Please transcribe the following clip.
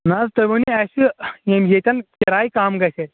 نہ حظ تُہۍ ؤنِو اَسہِ یِم ییٚتٮ۪ن کِراے کم گژھِ اَسہِ